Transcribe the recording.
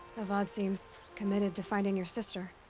avad seems. committed to finding your sister.